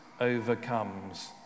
overcomes